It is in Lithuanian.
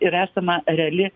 ir esama reali